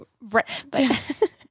Right